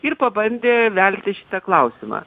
ir pabandė velti šitą klausimą